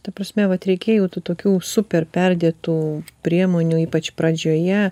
ta prasme vat reikėjo tų tokių super perdėtų priemonių ypač pradžioje